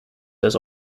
has